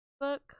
book